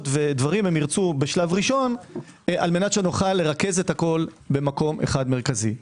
ודברים הם ירצו בשלב ראשון כדי שנוכל לרכז הכול במקום אחד מרכזי.